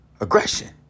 Aggression